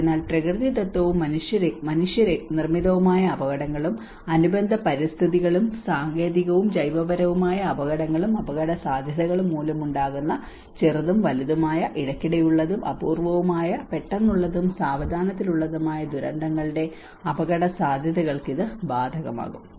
അതിനാൽ പ്രകൃതിദത്തവും മനുഷ്യനിർമിതവുമായ അപകടങ്ങളും അനുബന്ധ പാരിസ്ഥിതികവും സാങ്കേതികവും ജൈവപരവുമായ അപകടങ്ങളും അപകടസാധ്യതകളും മൂലമുണ്ടാകുന്ന ചെറുതും വലുതുമായ ഇടയ്ക്കിടെയുള്ളതും അപൂർവ്വവുമായ പെട്ടെന്നുള്ളതും സാവധാനത്തിലുള്ളതുമായ ദുരന്തങ്ങളുടെ അപകടസാധ്യതകൾക്ക് ഇത് ബാധകമാകും